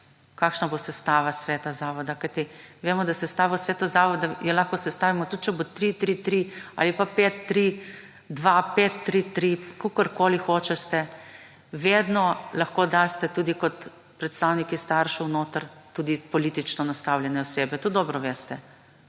kakšna bo sestava sveta zavoda. Kajti, vemo, da sestava sveta zavoda jo lahko sestavimo tudi če bo 3:3:3 ali pa 5:3:2, 5:3:3, kakorokoli hočete, vedno lahko daste tudi kot predstavniki staršev notri tudi politično nastavljene osebe. To dobro veste.